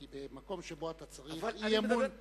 כי מקום שבו אתה צריך אי-אמון קונסטרוקטיבי,